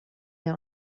der